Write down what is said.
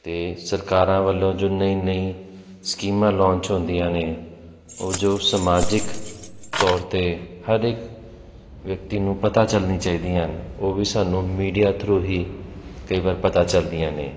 ਅਤੇ ਸਰਕਾਰਾਂ ਵੱਲੋਂ ਜੋ ਨਈਂ ਨਈਂ ਸਕੀਮਾਂ ਲੋਂਚ ਹੁੰਦੀਆਂ ਨੇ ਉਹ ਜੋ ਸਮਾਜਿਕ ਤੌਰ 'ਤੇ ਹਰ ਇਕ ਵਿਅਕਤੀ ਨੂੰ ਪਤਾ ਚੱਲਣੀ ਚਾਹੀਦੀਆਂ ਹਨ ਉਹ ਵੀ ਸਾਨੂੰ ਮੀਡੀਆ ਥਰੂ ਹੀ ਕਈ ਵਾਰ ਪਤਾ ਚੱਲਦੀਆਂ ਨੇ